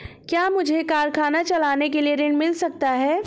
क्या मुझे कारखाना चलाने के लिए ऋण मिल सकता है?